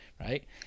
Right